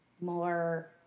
more